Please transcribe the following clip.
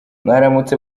mwaramutse